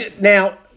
Now